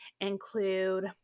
include